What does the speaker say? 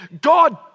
God